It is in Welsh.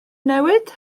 newid